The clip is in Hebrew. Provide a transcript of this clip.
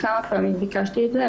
כמה פעמים ביקשתי את זה.